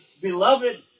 beloved